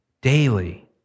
Daily